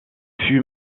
fut